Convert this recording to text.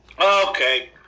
Okay